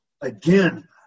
again